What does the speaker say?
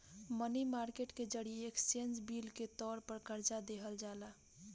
मनी market के जरिए exchange bill के तौर पर कर्जा लिहल जाला